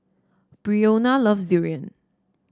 Brionna loves durian